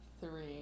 three